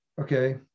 okay